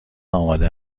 آماده